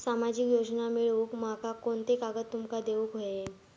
सामाजिक योजना मिलवूक माका कोनते कागद तुमका देऊक व्हये?